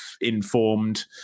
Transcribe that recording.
informed